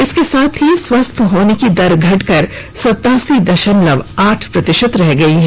इसके साथ ही स्वस्थ होने की दर घटकर सतासी दशमलव आठ प्रतिशत रह गई है